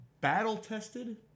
battle-tested